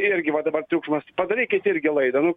irgi va dabar triukšmas padarykit irgi laidą nu